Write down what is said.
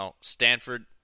Stanford